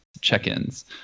check-ins